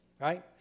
right